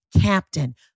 captain